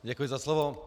Děkuji za slovo.